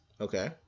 Okay